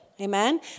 Amen